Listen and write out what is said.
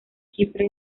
chipre